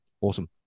awesome